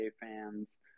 fans